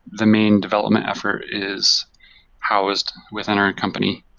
the main development effort is housed within our company.